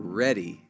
ready